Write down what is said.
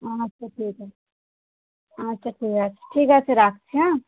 আচ্ছা ঠিক আছে আচ্ছা ঠিক আছে ঠিক আছে রাখছি হ্যাঁ